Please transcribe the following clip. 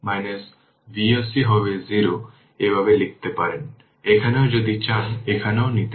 সুতরাং সার্কিটটি প্রথমে t 0 এ সুইচটি ওপেন সুইচটি ওপেন মানে এই অংশটি নেই